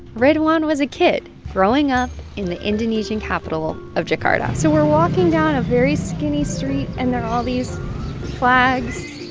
ridwan was a kid growing up in the indonesian capital of jakarta so we're walking down a very skinny street, and there are all these flags,